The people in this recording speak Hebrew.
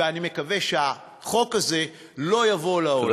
ואני מקווה שהחוק הזה לא יבוא לעולם.